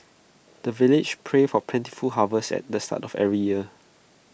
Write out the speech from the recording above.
the villagers pray for plentiful harvest at the start of every year